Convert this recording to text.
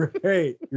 Great